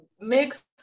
mixed